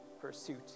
pursuit